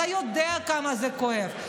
אתה יודע כמה זה כואב,